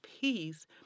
peace